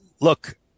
Look